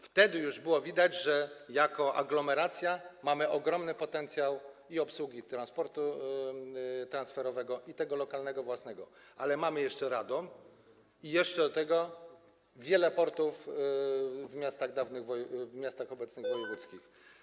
Już wtedy było widać, że jako aglomeracja mamy ogromny potencjał i obsługi transportu transferowego, i tego lokalnego, własnego, ale mamy jeszcze Radom i jeszcze do tego wiele portów w miastach obecnych wojewódzkich.